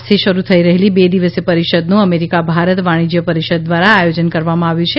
આજથી શરૂ થઈ રહેલી બે દિવસીય પરિષદનું અમેરિકા ભારત વાણિજ્ય પરિષદ દ્વારા આયોજન કરવામાં આવ્યું છે